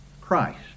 Christ